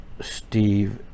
Steve